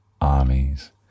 armies